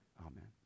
amen